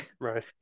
Right